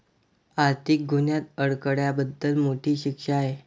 आर्थिक गुन्ह्यात अडकल्याबद्दल मोठी शिक्षा आहे